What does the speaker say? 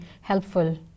helpful